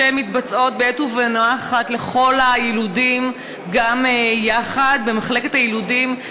שמתבצעות בעת ובעונה אחת לכל היילודים גם יחד במחלקת היילודים,